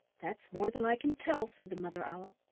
that's more than i can tell, said the mother owl.